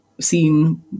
seen